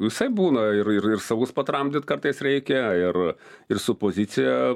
visaip būna ir ir ir savus patramdyt kartais reikia ir ir su opozicija